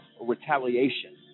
retaliation